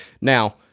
Now